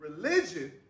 religion